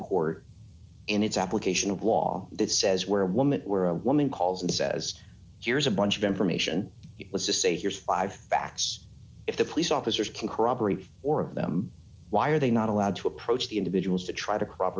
court in its application wall that says where a woman or a woman calls and says here's a bunch of information it was to say here's five facts if the police officers can corroborate or of them why are they not allowed to approach the individuals to try to